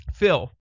Phil